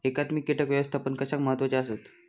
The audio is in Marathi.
एकात्मिक कीटक व्यवस्थापन कशाक महत्वाचे आसत?